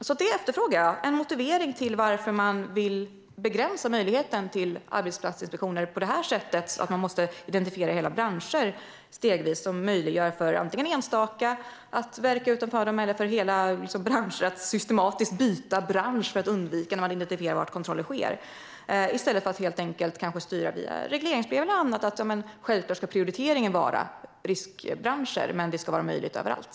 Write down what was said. Jag efterfrågar en motivering till att man vill begränsa möjligheten till arbetsplatsinspektioner på det här sättet att hela branscher måste identifieras. Det möjliggör för enstaka branscher att systematiskt byta bransch för att undvika kontroll i stället för att regeringen helt enkelt kan styra via regleringsbrev och annat. Självklart ska prioriteringen vara riskbranscher, men det ska vara möjligt överallt.